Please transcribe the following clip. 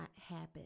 happen